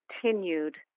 continued